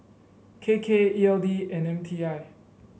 K K E L D and M T I